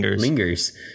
Lingers